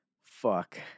Fuck